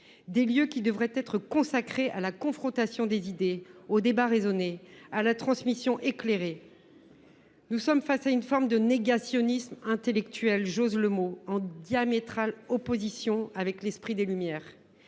Ces lieux devraient être consacrés à la confrontation des idées, au débat raisonné, à la transmission éclairée. Nous faisons face à une forme de négationnisme intellectuel – j’ose l’expression –, diamétralement opposé à l’esprit des Lumières.